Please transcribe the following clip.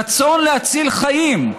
רצון להציל חיים,